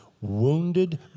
wounded